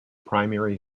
primary